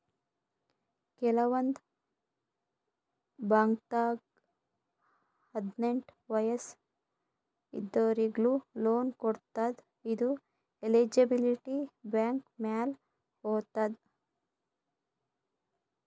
ಕೆಲವಂದ್ ಬಾಂಕ್ದಾಗ್ ಹದ್ನೆಂಟ್ ವಯಸ್ಸ್ ಇದ್ದೋರಿಗ್ನು ಲೋನ್ ಕೊಡ್ತದ್ ಇದು ಎಲಿಜಿಬಿಲಿಟಿ ಬ್ಯಾಂಕ್ ಮ್ಯಾಲ್ ಹೊತದ್